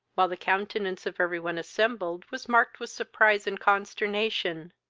while the countenance of every one assembled was marked with surprise and consternation,